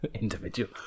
Individual